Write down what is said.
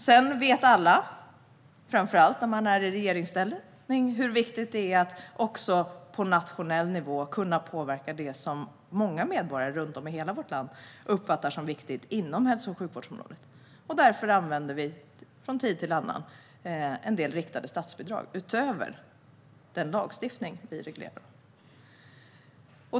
Sedan vet alla, framför allt när man är i regeringsställning, hur viktigt det är att också på nationell nivå kunna påverka det som många medborgare runt om i hela vårt land uppfattar som viktigt inom hälso och sjukvårdsområdet. Därför använder vi från tid till annan en del riktade statsbidrag, utöver den lagstiftning vi reglerar.